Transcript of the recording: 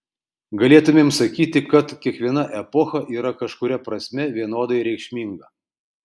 galėtumėm sakyti kad kiekviena epocha yra kažkuria prasme vienodai reikšminga